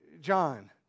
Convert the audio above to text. John